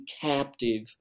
captive